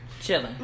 chilling